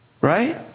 Right